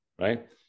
right